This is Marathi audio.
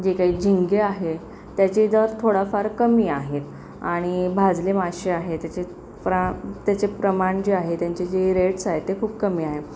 जे काही झिंगे आहेत त्याचे दर थोडेफार कमी आहेत आणि भाजले मासे आहे त्याचे प्र त्याचे प्रमाण जे आहे त्यांचे जे रेट्स आहेत ते खूप कमी आहे